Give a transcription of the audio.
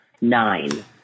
nine